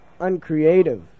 uncreative